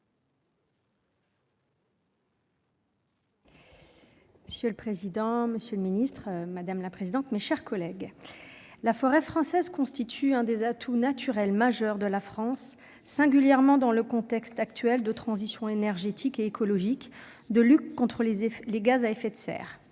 Monsieur le président, monsieur le ministre, mes chers collègues, la forêt française constitue un des atouts naturels majeurs de la France, singulièrement dans le contexte actuel de transition énergétique et écologique, de lutte contre les gaz à effets de serre.